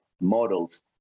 models